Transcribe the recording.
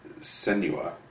Senua